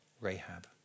Rahab